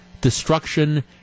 destruction